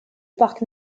parc